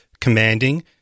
commanding